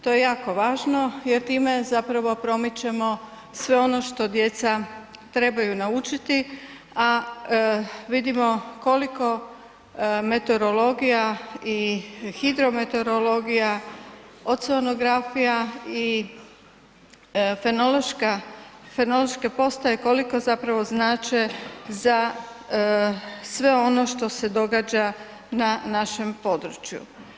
To je jako važno jer time zapravo promičemo sve ono što djeca trebaju naučiti, a vidimo koliko meteorologija i hidrometeorologija, oceanografija i fenološka, fenološke postaje koliko zapravo znače za sve ono što se događa na našem području.